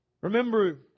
Remember